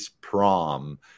Prom